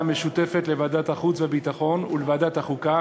המשותפת לוועדת החוץ והביטחון ולוועדת החוקה,